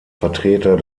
vertreter